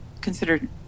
considered